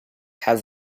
has